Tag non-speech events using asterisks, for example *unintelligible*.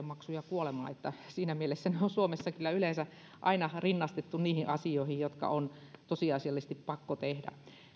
*unintelligible* maksu ja kuolema että siinä mielessä verot on suomessa kyllä yleensä aina rinnastettu niihin asioihin jotka on tosiasiallisesti pakko tehdä